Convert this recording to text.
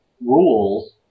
rules